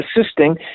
assisting